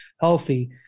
healthy